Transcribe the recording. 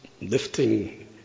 lifting